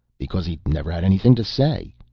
because he'd never had anything to say.